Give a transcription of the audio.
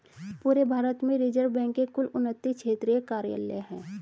पूरे भारत में reserve bank के कुल उनत्तीस क्षेत्रीय कार्यालय हैं